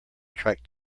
track